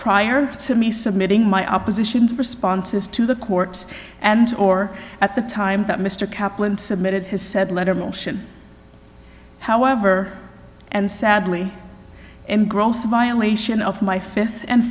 prior to me submitting my opposition's responses to the court and or at the time that mr kaplan submitted his said letter motion however and sadly and gross violation of my fifth and